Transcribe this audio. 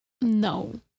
No